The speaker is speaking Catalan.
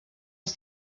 els